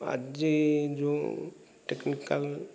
ଆଜି ଯୋଉଁ ଟେକ୍ନିକାଲ